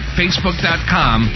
facebook.com